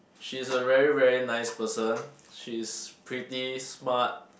she's a very very nice person she's pretty smart